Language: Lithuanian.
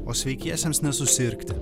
o sveikiesiems nesusirgti